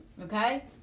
okay